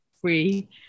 free